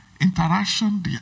Interaction